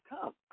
come